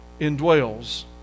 indwells